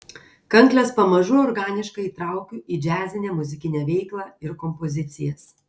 kankles pamažu organiškai įtraukiu į džiazinę muzikinę veiklą ir kompozicijas